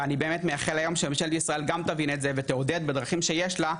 ואני באמת מאחל היום שממשלת ישראל גם תבין את זה ותעודד בדרכים שיש לה,